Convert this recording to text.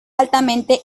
altamente